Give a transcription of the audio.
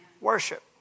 Worship